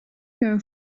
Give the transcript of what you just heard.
your